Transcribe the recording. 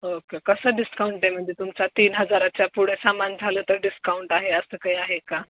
okay कसं discount आहे म्हणजे तुमचा तीन हजाराच्या पुढे सामान झालं तर डिस्काउंट आहे असं काही आहे का